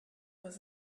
was